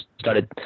started